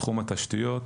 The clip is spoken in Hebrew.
תחום התשתיות,